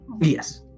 Yes